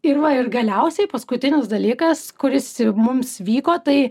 ir va ir galiausiai paskutinis dalykas kuris mums vyko tai